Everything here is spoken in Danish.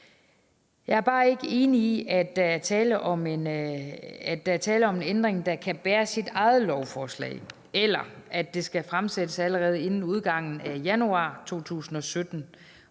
Jeg er bare ikke enig i, at der er tale om en ændring, der kan bære sit eget lovforslag, eller at det skal fremsættes allerede inden udgangen af januar 2017.